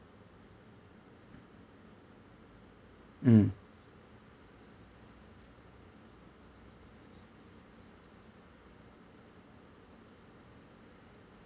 mm